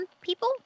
people